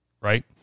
right